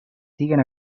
siguen